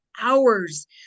hours